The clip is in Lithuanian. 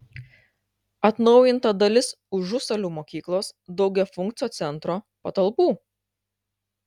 atnaujinta dalis užusalių mokyklos daugiafunkcio centro patalpų